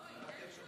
בבקשה.